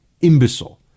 imbecile